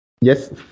yes